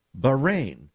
Bahrain